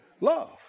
love